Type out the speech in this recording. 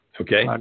Okay